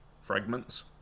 Fragments